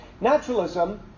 Naturalism